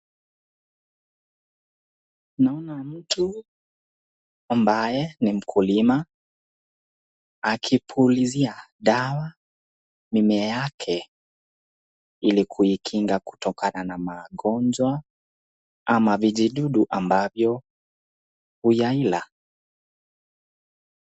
Naona mtu ambaye ni mkulima akipulizia dawa mimea yake ili kuikinga kutokana na magonjwa ama vijidudu ambavyo huyaila.